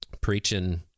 preaching